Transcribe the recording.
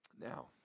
Now